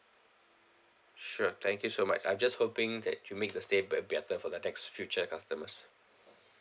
sure thank you so much I'm just hoping that you make the stay bit better for the next future customers